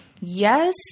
Yes